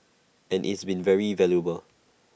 and it's been very valuable